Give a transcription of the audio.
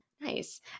nice